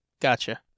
gotcha